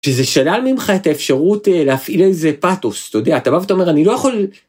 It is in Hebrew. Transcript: שזה שלל ממך את האפשרות להפעיל איזה פאתוס, אתה יודע, אתה בא ואתה אומר, אני לא יכול...